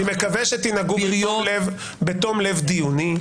אני מקווה שתנהגו בתום לב דיוני,